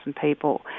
people